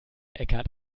eckhart